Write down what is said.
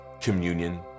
communion